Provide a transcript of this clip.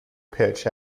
pitch